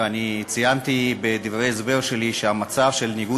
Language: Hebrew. ואני ציינתי בדברי ההסבר שלי שהמצב של ניגוד